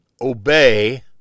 obey